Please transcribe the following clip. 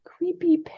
creepy